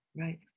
Right